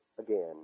Again